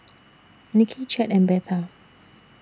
Nicki Chet and Betha